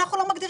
רשום "הארץ"?